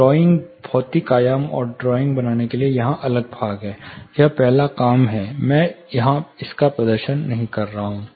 drawing भौतिक आयाम और ड्राइंग बनाने के लिए यहां अगला भाग यह पहला काम है मैं यहाँ इसका प्रदर्शन नहीं कर रहा हूँ